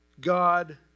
God